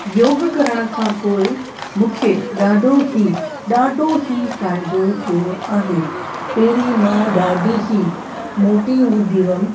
योग करण खां पोइ मूंखे ॾाढो ई ॾाढो ई फ़ाइदो थियो आहे पहिरीं मां ॾाढी ई मोटी हूंदी हुअमि